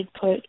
put